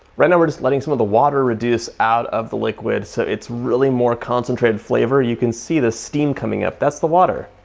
right now we're just letting some of the water reduce out of the liquid, so it's really more concentrated flavor. you can see the steam coming up. that's the water.